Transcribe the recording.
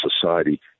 society